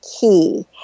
key